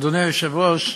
אדוני היושב-ראש,